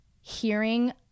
hearing